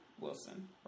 Wilson